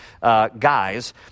guys